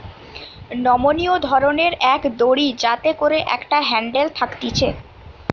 নমনীয় ধরণের এক দড়ি যাতে করে একটা হ্যান্ডেল থাকতিছে